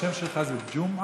השם שלך זה ג'ומעה?